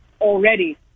already